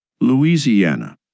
Louisiana